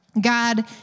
God